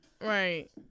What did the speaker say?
Right